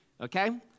okay